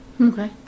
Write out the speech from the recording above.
Okay